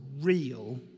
real